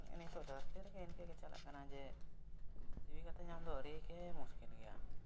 ᱱᱮᱜᱼᱮ ᱱᱤᱝᱠᱟᱹ ᱫᱷᱟᱨᱛᱤᱨᱮᱜᱮ ᱤᱱᱠᱟᱹᱜᱮ ᱪᱟᱞᱟᱜ ᱠᱟᱱᱟ ᱡᱮ ᱡᱤᱣᱤ ᱜᱟᱛᱮ ᱧᱟᱢᱫᱚ ᱟᱹᱰᱤᱜᱮ ᱢᱩᱥᱠᱤᱞ ᱜᱮᱭᱟ